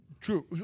True